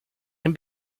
can